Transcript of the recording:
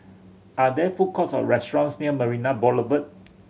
are there food courts or restaurants near Marina Boulevard